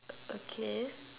okay